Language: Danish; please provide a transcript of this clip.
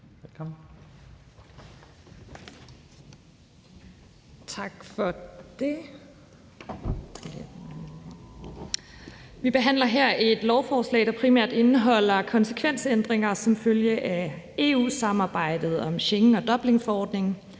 Vi behandler her et lovforslag, der primært indeholder konsekvensændringer som følge af EU-samarbejdet om Schengenaftalen og Dublinforordningen.